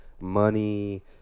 money